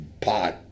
pot